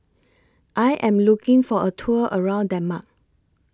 I Am looking For A Tour around Denmark